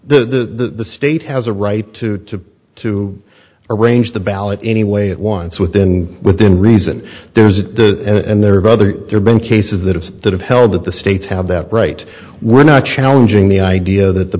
t the state has a right to to arrange the ballot anyway it wants within within reason there's a and there are other there been cases that have that have held that the states have that right we're not challenging the idea that the